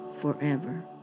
forever